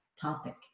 topic